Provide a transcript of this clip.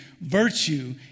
Virtue